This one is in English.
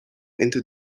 into